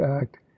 act